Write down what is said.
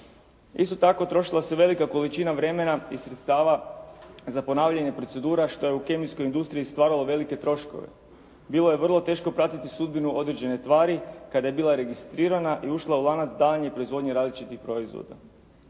Isto tako trošila se velika količina vremena i sredstava za ponavljanje procedura što je u kemijskoj industriji stvaralo velike troškove, bilo je vrlo teško pratiti sudbinu određene tvari kada je bila registrirana i ušla u lanac daljnje proizvodnje različitih proizvoda.